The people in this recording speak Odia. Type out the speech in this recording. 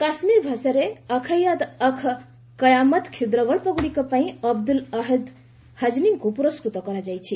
କାଶ୍ମୀର ଭାଷାରେ ଅଖ ୟାଦ ଅଖ କୟାମତ କ୍ଷୁଦ୍ରଗଳ୍ପଗୁଡ଼ିକ ପାଇଁ ଅବଦୁଲ ଆହଦ୍ ହାଜିନିଙ୍କୁ ପୁରସ୍ଚୃତ କରାଯାଇଛି